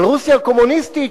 אבל רוסיה הקומוניסטית,